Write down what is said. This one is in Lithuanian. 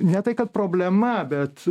ne tai kad problema bet